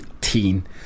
teen